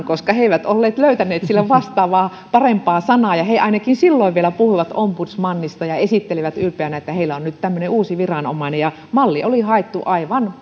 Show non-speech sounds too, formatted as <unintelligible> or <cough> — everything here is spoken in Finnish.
<unintelligible> koska he eivät olleet löytäneet sille vastaavaa parempaa sanaa ja he ainakin silloin vielä puhuivat ombudsmanista ja esittelivät ylpeänä että heillä on nyt tämmöinen uusi viranomainen ja malli oli haettu aivan <unintelligible>